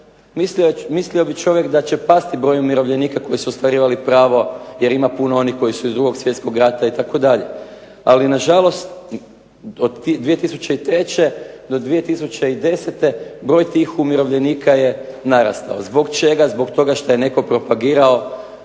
Mislio bi čovjek da će pasti broj umirovljenika koji su ostvarivali pravo, jer ima puno onih koji su iz Drugog svjetskog rata itd. Ali na žalost od 2003. do 2010. broj tih umirovljenika je narastao. Zbog čega? Zbog toga što je netko propagirao